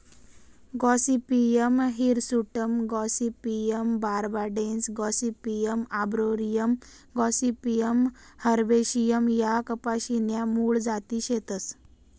Gossypium hirsutum Gossypium barbadense Gossypium arboreum Gossypium herbaceum ह्या कपाशी न्या मूळ जाती शेतस